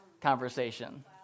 conversation